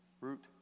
Root